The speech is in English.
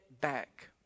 back